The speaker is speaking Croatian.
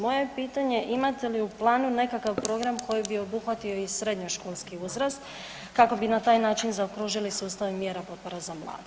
Moje je pitanje, imate li u planu nekakav program koji bi obuhvatio i srednjoškolski uzrast kako bi na taj način zaokružili sustav mjera i potpora za mlade?